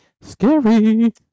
Scary